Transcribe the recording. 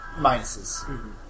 minuses